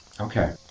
Okay